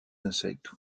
insectes